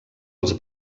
els